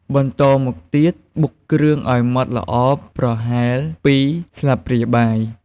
បន្តមកទៀត បុកគ្រឿងឱ្យម៉ដ្ឋល្អប្រហែល ២ ស្លាបព្រាបាយ។